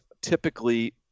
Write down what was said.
typically